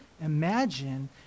imagine